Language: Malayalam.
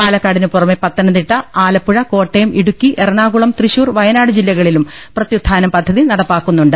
പാലക്കാടിനു പുറമെ പത്തനംതിട്ട ആലപ്പുഴ കോട്ടയം ഇടുക്കി എറണാകുളം തൃശ്ശൂർ വയനാട് ജില്ലകളിലും പ്രത്യുത്ഥാനം പദ്ധതി നടപ്പാക്കുന്നുണ്ട്